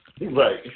Right